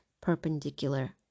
perpendicular